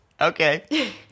Okay